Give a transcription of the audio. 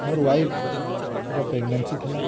ମୋର ୱାଇଫର ପ୍ରେଗନେନ୍ସି ଥିଲା